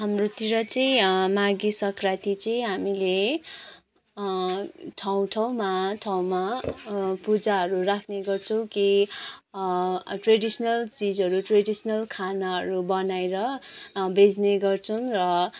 हाम्रोतिर चाहिँ माघे सङ्क्रान्ति चाहिँ हामीले ठाउँ ठाउँमा ठाउँमा पूजाहरू राख्ने गर्छौँ के ट्रेडिसनल चिजहरू ट्रेडिसनल खानाहरू बनाएर बेच्ने गर्छौँ र